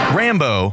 rambo